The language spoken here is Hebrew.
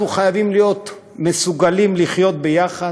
אנחנו חייבים להיות מסוגלים לחיות יחד,